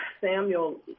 Samuel